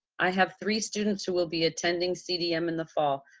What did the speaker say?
i have three students who will be attending cdm in the fall.